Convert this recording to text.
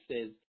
says